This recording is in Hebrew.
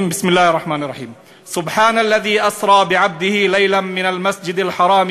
להלן תרגומו: ישמרני אלוהים מפני השטן הארור.